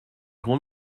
grand